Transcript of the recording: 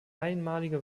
einmalige